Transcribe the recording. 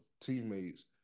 teammates